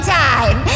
time